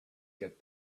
get